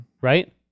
Right